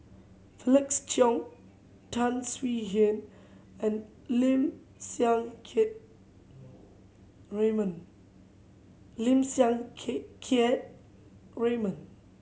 Felix Cheong Tan Swie Hian and Lim Siang Keat Raymond